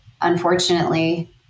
unfortunately